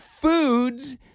foods